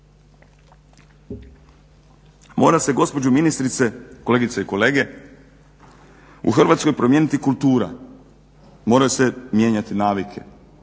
Mora se gospođo ministrice, kolegice i kolege u Hrvatskoj promijeniti kultura, moraju se mijenjati navike,